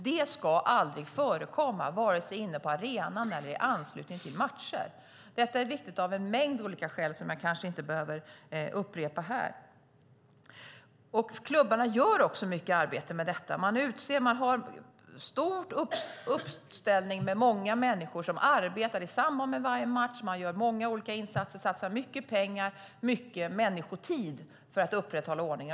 Det ska aldrig förekomma vare sig inne på arenan eller i anslutning till matcher. Det är viktigt av en mängd olika skäl som jag kanske inte behöver upprepa här. Klubbarna arbetar också mycket med detta. De har en stor uppställning med många människor som arbetar i samband med varje match. De gör många olika insatser och satsar mycket pengar och mycket människotid för att upprätthålla ordningen.